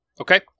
Okay